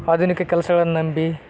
ಆಧುನಿಕ ಕೆಲಸಗಳನ್ನಂಬಿ